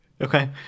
Okay